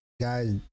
guys